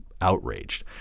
outraged